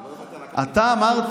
אתה לא יכולת לקחת --- אתה אמרת: